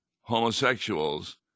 homosexuals